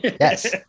yes